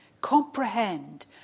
comprehend